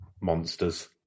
monsters